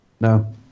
No